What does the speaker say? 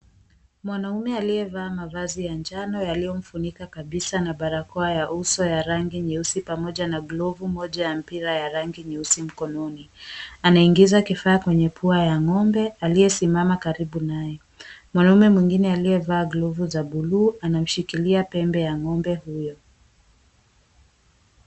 Mwanaume aliyevaa mavazi ya njano yaliyomfunika kabisa na barakoa ya uso ya rangi nyeusi pamoja na glovu moja ya mpira ya rangi nyeusi mkononi. Anaingiza kifaa kwenye pua ya ng'ombe aliyesimama karibu naye. Mwanaume mwengine aliyevalia glovu za buluu anamshikilia pembe ya ng'ombe huyo.